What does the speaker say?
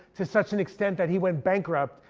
to such an extent that he went bankrupt,